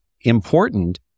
important